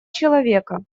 человека